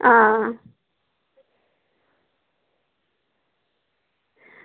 आं